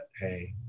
pay